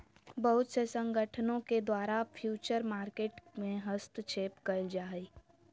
बहुत से संगठनों के द्वारा फ्यूचर मार्केट में हस्तक्षेप क़इल जा हइ